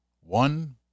One